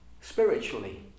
spiritually